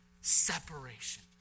Separation